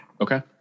Okay